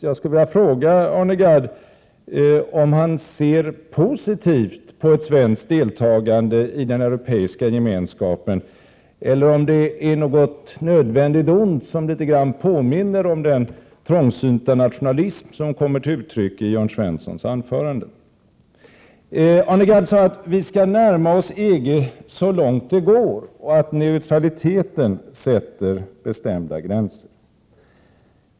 Jag vill fråga Arne Gadd om han ser positivt på ett svenskt deltagande i den europeiska gemenskapen eller om det är något nödvändigt ont — vilket skulle innebära att han har en uppfattning som litet grand påminner den trångsynta nationalism som kommer till uttryck i Jörn Svenssons anförande. Arne Gadd sade att vi skall närma oss EG så länge det går och att neutraliteten sätter bestämda gränser.